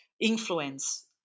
influence